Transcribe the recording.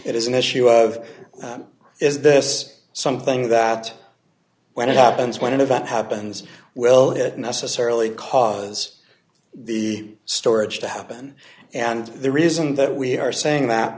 it is an issue of is this something that when it happens when an event happens well it necessarily cause the storage to happen and the reason that we are saying that